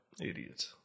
Idiot